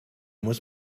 muss